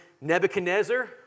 Nebuchadnezzar